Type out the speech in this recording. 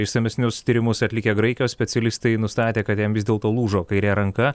išsamesnius tyrimus atlikę graikijos specialistai nustatė kad jam vis dėlto lūžo kairė ranka